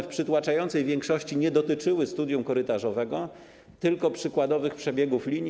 W przytłaczającej większości nie dotyczyły studium korytarzowego, tylko przykładowych przebiegów linii.